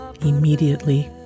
immediately